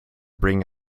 bring